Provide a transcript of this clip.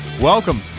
Welcome